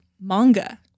manga